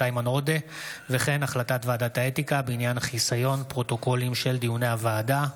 איימן עודה והחלטת ועדת האתיקה בעניין חיסיון פרוטוקולים של דיוני הוועדה.